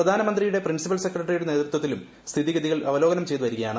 പ്രധാനമന്ത്രിയുടെ പ്രിൻസിപ്പൽ സെക്രട്ടറിയുടെ നേതൃത്വത്തിലും സ്ഥിതിഗതികൾ അവലോകനം ചെയ്തു വരികയാണ്